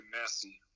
messy